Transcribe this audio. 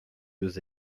deux